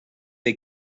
the